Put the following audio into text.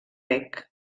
reg